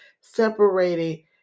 separating